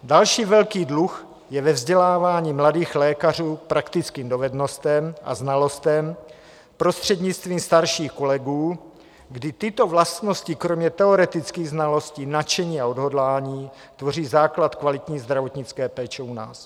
Další velký dluh je ve vzdělávání mladých lékařů k praktickým dovednostem a znalostem prostřednictvím starších kolegů, kdy tyto vlastnosti kromě teoretických znalostí, nadšení a odhodlání tvoří základ kvalitní zdravotnické péče u nás.